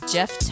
Jeff